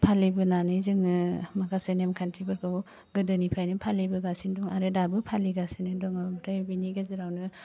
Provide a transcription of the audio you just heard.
फालिबोनानै जोङो माखासे नेमखान्थिफोरखौ गोदोनिफ्रायनो फालिबोगासिनो दङ आरो दाबो फालिगासिनो दङ नाथाइ बिनि गेजेरावनो